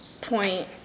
point